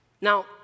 Now